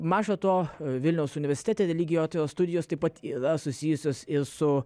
maža to vilniaus universitete religijotyros studijos taip pat yra susijusios su